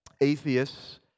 atheists